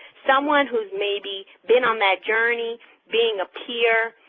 someone who's maybe been on that journey being a peer,